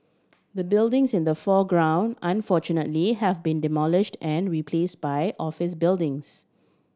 the buildings in the foreground unfortunately have been demolished and replace by office buildings